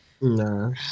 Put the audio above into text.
No